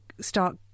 start